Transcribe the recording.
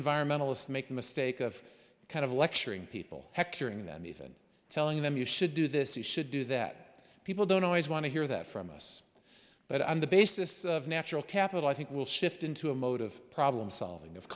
environmentalists make the mistake of kind of lecturing people hectoring them even telling them you should do this you should do that people don't always want to hear that from us but on the basis of natural capital i think will shift into a mode of problem solving of